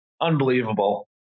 unbelievable